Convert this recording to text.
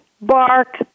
bark